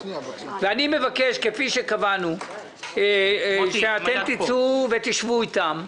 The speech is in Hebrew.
אני מבקש, כפי שקבענו, שאתם תצאו ותשבו איתם.